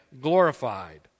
glorified